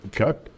Okay